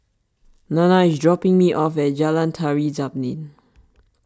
Nana is dropping me off at Jalan Tari Zapin